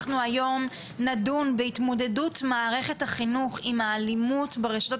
אנחנו היום נדון בהתמודדות מערכת החינוך עם האלימות ברשתות